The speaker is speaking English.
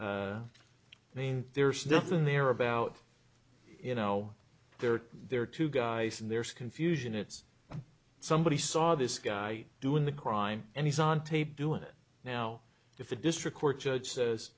tape i mean there's nothing there about you know there are there are two guys and there's confusion it's somebody saw this guy doing the crime and he's on tape doing it now if the district court judge says